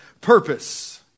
purpose